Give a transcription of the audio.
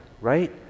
right